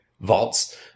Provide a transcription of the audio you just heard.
vaults